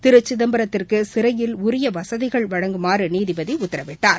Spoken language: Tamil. திரு சிதம்பரத்திற்குசிறையில் உரியவசதிகள் வழங்குமாறுநீதிபதிஉத்தரவிட்டார்